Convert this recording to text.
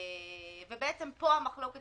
ובעצם פה המחלוקת